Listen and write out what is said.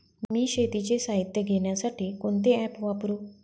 मी शेतीचे साहित्य घेण्यासाठी कोणते ॲप वापरु?